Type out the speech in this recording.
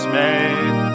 made